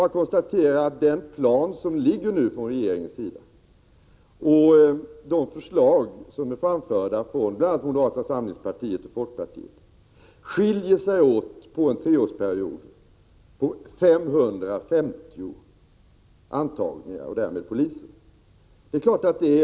När det gäller den plan som nu föreligger från regeringen sida och de förslag som framförts från bl.a. moderaterna och folkpartiet är det fråga om en skillnad under en treårsperiod på 550 antagningar och därmed 550 poliser. Det är klart att det — Prot.